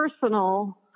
personal